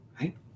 Right